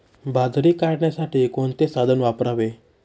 बाजरी काढण्यासाठी कोणते साधन वापरावे?